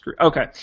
Okay